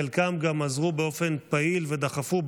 חלקם גם עזרו באופן פעיל ודחפו,